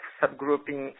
subgrouping